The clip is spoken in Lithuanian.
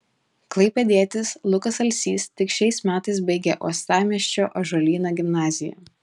klaipėdietis lukas alsys tik šiais metais baigė uostamiesčio ąžuolyno gimnaziją